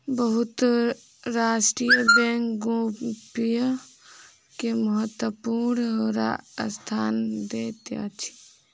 बहुत राष्ट्र बैंक गोपनीयता के महत्वपूर्ण स्थान दैत अछि